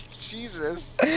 Jesus